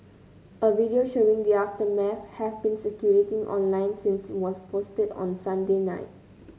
a video showing the aftermath has been circulating online since it was posted on Sunday night